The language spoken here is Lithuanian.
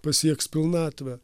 pasieks pilnatvę